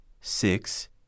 six